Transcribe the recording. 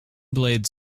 blades